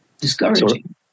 discouraging